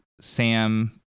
Sam